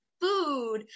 food